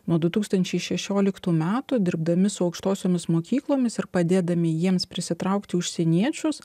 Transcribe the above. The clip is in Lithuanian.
nuo du tūkstančiai šešioliktų metų dirbdami su aukštosiomis mokyklomis ir padėdami jiems prisitraukti užsieniečius